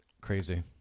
crazy